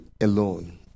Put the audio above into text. alone